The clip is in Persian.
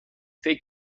فکر